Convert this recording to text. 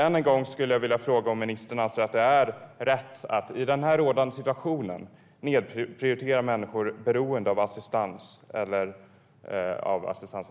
Än en gång skulle jag vilja fråga om ministern anser att det är rätt att i rådande situation nedprioritera människor som är beroende av assistans.